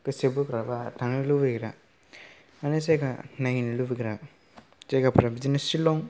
गोसो बोग्रा बा थांनो लुबैग्रा माने जायगा नायनो लुबैग्रा जायगाफोरा बिदिनो शिलं